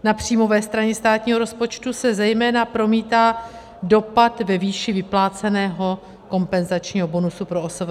Na příjmové straně státního rozpočtu se zejména promítá dopad ve výši vypláceného kompenzačního bonusu pro OSVČ.